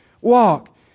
walk